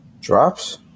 drops